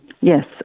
Yes